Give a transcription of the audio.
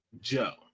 Joe